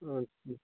আর কি